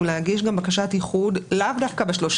להגיש גם בקשת איחוד לאו דווקא ב-3%.